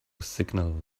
signal